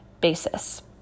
basis